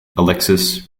alexis